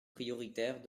prioritaires